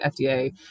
FDA